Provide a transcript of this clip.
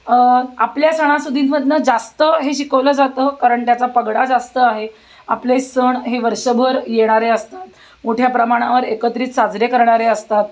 आपल्या सणासुदींमधनं जास्त हे शिकवलं जातं कारण त्याचा पगडा जास्त आहे आपले सण हे वर्षभर येणारे असतात मोठ्या प्रमाणावर एकत्रित साजरे करणारे असतात